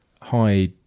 hi